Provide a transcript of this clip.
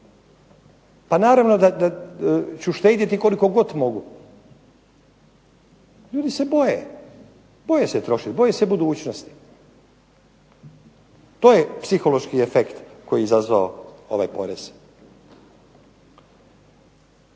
pa naravno da ću štedjeti koliko god mogu. Ljudi se boje, boje se trošit, boje se budućnosti. To je psihološki efekt koji je izazvao ovaj porez.